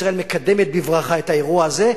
ישראל מקדמת בברכה את האירוע הזה,